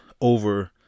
over